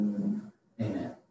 Amen